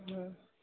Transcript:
हा